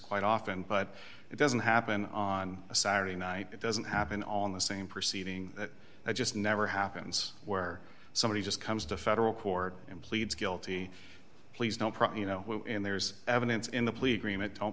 quite often but it doesn't happen on a saturday night it doesn't happen on the same proceeding that i just never happens where somebody just comes to federal court and pleads guilty pleas no problem you know and there's evidence in the plea agreement don